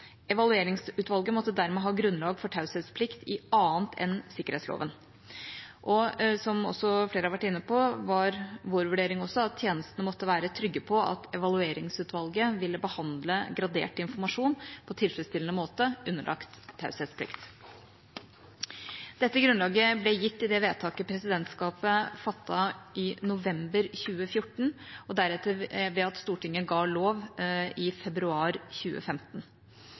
Evalueringsutvalget måtte dermed ha grunnlag for taushetsplikt i annet enn sikkerhetsloven. Som også flere har vært inne på, var vår vurdering at tjenestene måtte være trygge på at Evalueringsutvalget ville behandle gradert informasjon på en tilfredsstillende måte underlagt taushetsplikt. Dette grunnlaget ble gitt i det vedtaket presidentskapet fattet i november 2014, og deretter ved Stortingets vedtak til lov i februar 2015.